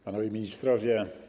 Panowie Ministrowie!